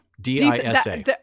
d-i-s-a